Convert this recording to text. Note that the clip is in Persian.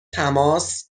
تماس